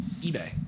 eBay